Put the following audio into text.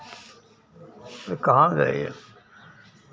अरे कहाँ गए